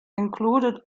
included